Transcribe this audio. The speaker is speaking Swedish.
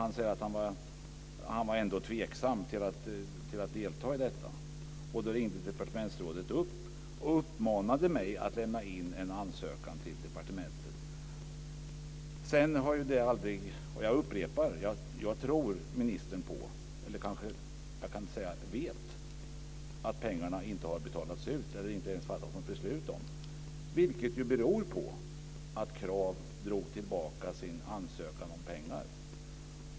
Han säger att han ändå var tveksam till att delta i detta, och fortsätter: Då ringde departementsrådet upp och uppmanade mig att lämna in en ansökan till departementet. Jag upprepar: Jag tror på ministerns ord. Eller jag skulle kanske säga: Jag vet att pengarna inte har betalats ut och att det inte ens fattats något beslut om dem. Det beror ju på att Krav drog tillbaka sin ansökan om pengar.